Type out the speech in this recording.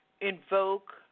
invoke